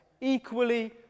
equally